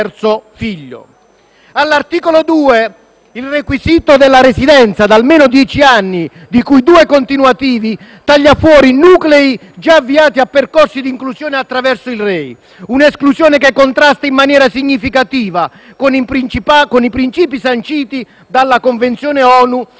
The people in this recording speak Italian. All'articolo 2, il requisito della residenza da almeno dieci anni, di cui due continuativi, taglia fuori nuclei già avviati a percorsi d'inclusione attraverso il REI: un'esclusione che contrasta in maniera significativa con i principi sanciti dalla Convenzione ONU sui diritti dell'infanzia e l'adolescenza,